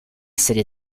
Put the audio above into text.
serie